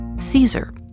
Caesar